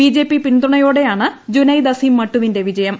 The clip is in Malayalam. ബിജെപി പിന്തുണയോടെയാണ് ജുനൈദ് അസിം മട്ടുവിന്റെ വിജയം